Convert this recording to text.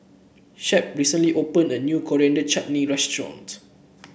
Shep recently opened a new Coriander Chutney Restaurant